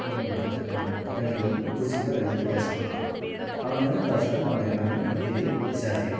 பொண்ணு பார்த்துட்டு ரெண்டு பேரும் பிடிச்சிருந்தா ரெண்டு பேற்றையும் பேச விடலாம் அப்புறமேலு கடைசியில் நம்ம என்னென்னு டீட்டைல் விசாரிச்சுக்கலாம்